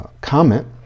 comment